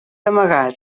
amagat